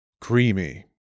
creamy